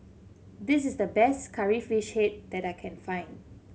this is the best Curry Fish Head that I can find